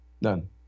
None